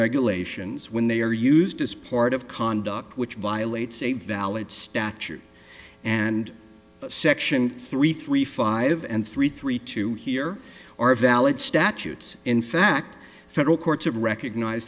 regulations when they are used as part of conduct which violates a valid statute and section three three five and three three two here are valid statutes in fact federal courts have recognize